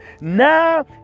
now